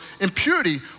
impurity